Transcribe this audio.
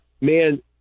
man